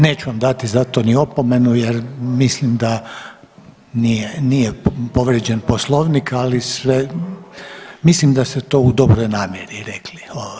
Neću vam dati za to niti opomenu, jer mislim da nije povrijeđen Poslovnik, ali mislim da ste to u dobroj namjeri rekli.